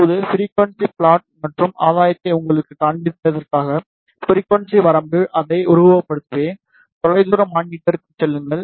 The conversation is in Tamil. இப்போது ஃபிரிக்குவன்ஸி ப்ளாட் மற்றும் ஆதாயத்தை உங்களுக்குக் காண்பிப்பதற்காக ஃபிரிக்குவன்ஸி வரம்பில் அதை உருவகப்படுத்துவேன் தொலைதூர மானிட்டருக்குச் செல்லுங்கள்